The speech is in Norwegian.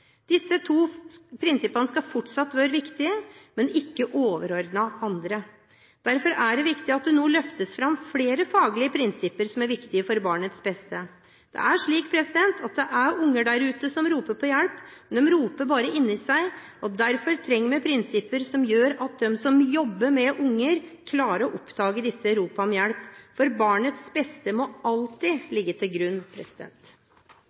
Disse to prinsippene skal fortsatt være viktige, men ikke overordnet andre. Derfor er det viktig at det nå løftes fram flere faglige prinsipper som er viktige for barnets beste. Det er slik at det er barn der ute som roper på hjelp, men de roper bare inni seg. Derfor trenger vi prinsipper som gjør at de som jobber med unger, klarer å oppdage disse ropene om hjelp. Barnets beste må alltid